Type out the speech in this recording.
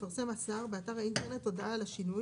יפרסם השר באתר האינטרנט הודעה על השינוי